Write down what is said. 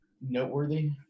noteworthy